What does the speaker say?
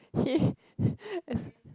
he